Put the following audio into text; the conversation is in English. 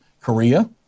Korea